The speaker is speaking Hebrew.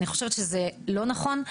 אני חושבת שזה לא נכון.